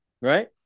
right